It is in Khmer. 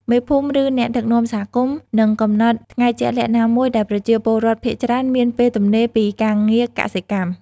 មេភូមិ ឬអ្នកដឹកនាំសហគមន៍នឹងកំណត់ថ្ងៃជាក់លាក់ណាមួយដែលប្រជាពលរដ្ឋភាគច្រើនមានពេលទំនេរពីការងារកសិកម្ម។